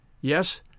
Yes